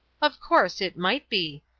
of course, it might be,